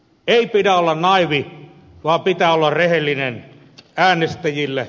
ei pidä olla naiivi vaan pitää olla rehellinen äänestäjille